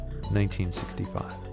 1965